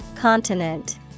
Continent